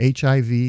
HIV